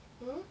hmm